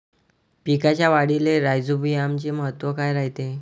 पिकाच्या वाढीले राईझोबीआमचे महत्व काय रायते?